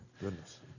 goodness